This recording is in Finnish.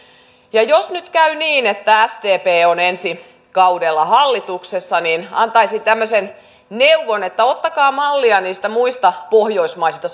ja jos nyt käy niin että sdp on ensi kaudella hallituksessa niin antaisin tämmöisen neuvon että ottakaa mallia niistä muista pohjoismaisista